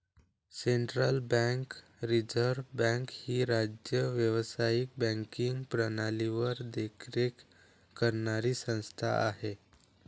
central bank reserve bank ही राज्य व्यावसायिक बँकिंग प्रणालीवर देखरेख करणारी संस्था आहे